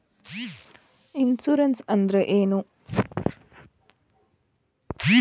Insurance ಅಂದ್ರ ಏನು?